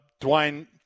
Dwayne